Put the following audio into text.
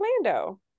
Orlando